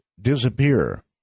disappear